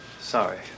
Sorry